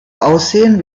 aussehen